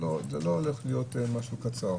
זה לא הולך להיות משהו קצר,